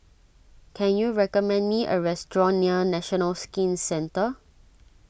can you recommend me a restaurant near National Skin Centre